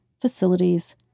facilities